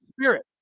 spirit